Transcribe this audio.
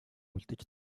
үлдэж